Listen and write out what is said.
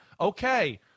okay